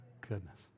goodness